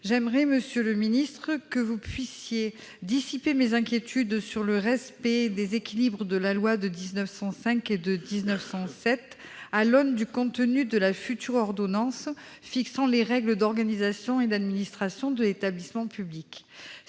J'aimerais, monsieur le ministre, que vous puissiez dissiper mes inquiétudes sur le respect des équilibres des lois de 1905 et de 1907 à l'aune du contenu de la future ordonnance fixant les règles d'organisation et d'administration de l'établissement public.